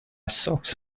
socks